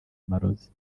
amarozi